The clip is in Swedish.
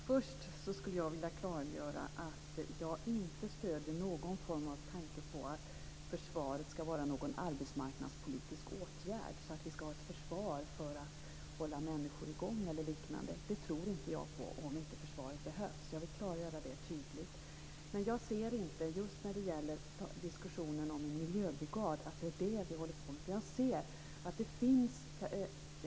Fru talman! Först skulle jag vilja klargöra att jag inte stöder några tankar på försvaret som en arbetsmarknadspolitisk åtgärd, så att vi skulle ha ett försvar för att hålla människor i gång om inte försvaret behövs. Det tror inte jag på. Jag vill klargöra det tydligt. Men jag ser inte förslaget om en miljöbrigad på det sättet.